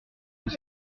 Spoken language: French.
vous